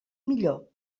millor